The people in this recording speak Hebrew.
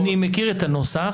אני מכיר את הנוסח.